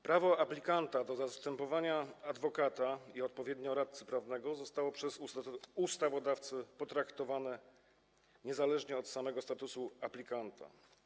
Prawo aplikanta do zastępowania adwokata i odpowiednio radcy prawnego zostało przez ustawodawcę potraktowane niezależnie od samego statusu aplikanta.